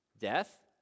death